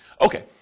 Okay